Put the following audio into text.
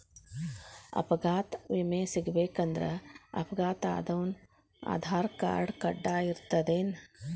ಅಪಘಾತ್ ವಿಮೆ ಸಿಗ್ಬೇಕಂದ್ರ ಅಪ್ಘಾತಾದೊನ್ ಆಧಾರ್ರ್ಕಾರ್ಡ್ ಕಡ್ಡಾಯಿರ್ತದೇನ್?